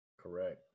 Correct